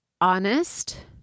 honest